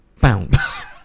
bounce